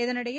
இதனிடையே